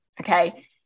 okay